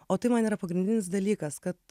o tai man yra pagrindinis dalykas kad